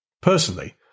Personally